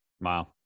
Wow